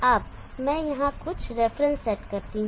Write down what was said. अब मैं यहाँ कुछ रेफरेंस सेट करता हूँ